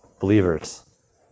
believers